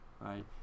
right